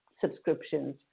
subscriptions